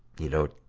you know,